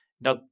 Now